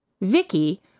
Vicky